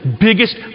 biggest